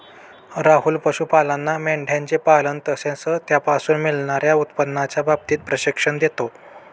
राहुल पशुपालांना मेंढयांचे पालन तसेच त्यापासून मिळणार्या उत्पन्नाच्या बाबतीत प्रशिक्षण देतो